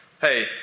hey